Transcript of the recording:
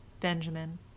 Benjamin